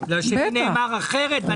כי כאן נאמר אחרת.